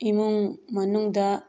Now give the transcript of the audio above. ꯏꯃꯨꯡ ꯃꯅꯨꯡꯗ